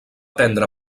prendre